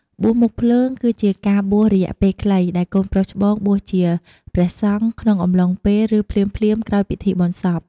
បួសមុខភ្លើង គឺជាការបួសរយៈពេលខ្លី ដែលកូនប្រុសច្បងបួសជាព្រះសង្ឃ ក្នុងអំឡុងពេល ឬភ្លាមៗក្រោយពិធីបុណ្យសព។